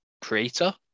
creator